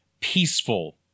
peaceful